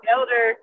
Elder